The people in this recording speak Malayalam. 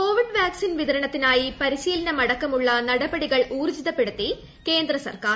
കോവിഡ് വാക്സിൻ പ്രിതരണത്തിനായി പരിശീലനം അടക്കമുള്ള നടപ്പടികൾ ഊർജിതപ്പെടുത്തി കേന്ദ്ര സർക്കാർ